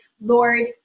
Lord